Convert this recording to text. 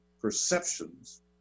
perceptions